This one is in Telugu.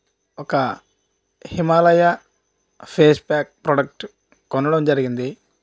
ఒక హిమాలయా ఫేస్ ప్యాక్ ప్రొడక్ట్ కొనడం జరిగింది